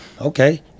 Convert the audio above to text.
Okay